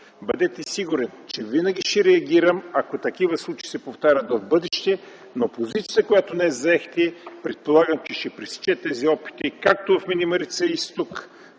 Бъдете сигурен, че винаги ще реагирам, ако такива случаи се повтарят в бъдеще. Позицията, която заехте днес предполагам, че ще пресече тези опити както в мини „Марица-изток”,